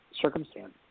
Circumstance